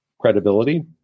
credibility